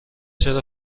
چرا